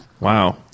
Wow